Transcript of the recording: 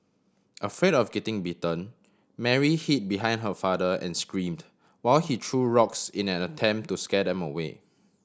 afraid of getting bitten Mary hid behind her father and screamed while he threw rocks in an attempt to scare them away